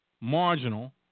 marginal